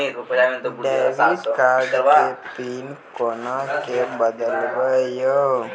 Debit card के pin कोना के बदलबै यो?